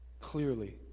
clearly